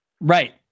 Right